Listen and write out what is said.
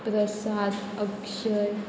Prasad Akshay